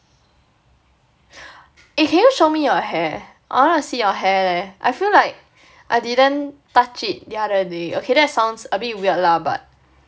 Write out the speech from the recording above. eh can you show me your hair I wanna see your hair leh I feel like I didn't touch it the other day okay that sounds a bit weird lah but